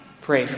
pray